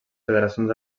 federacions